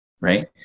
Right